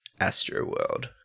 Astroworld